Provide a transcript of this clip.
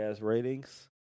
ratings